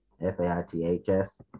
F-A-I-T-H-S